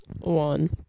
One